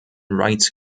rights